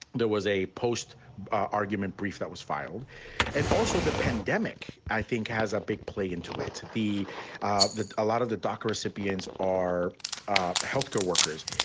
there was a post argument brief that was filed and also the pandemic, i think, has a big play into it. the ah the a lot of the doc recipients are ah health care workers.